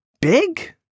big